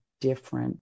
different